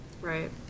Right